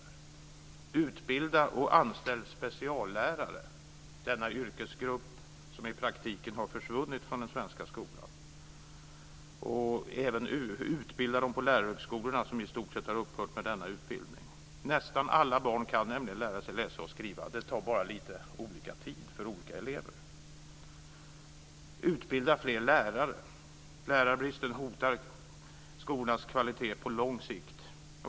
Det gäller att utbilda och anställa speciallärare - en yrkesgrupp som i praktiken har försvunnit från den svenska skolan - och att utbilda dem på lärarhögskolorna, som i stort sett har upphört med denna utbildning. Nästan alla barn kan nämligen lära sig att läsa och skriva. Det tar bara lite olika tid för olika elever. Det gäller att utbilda fler lärare. Lärarbristen hotar skolans kvalitet på lång sikt.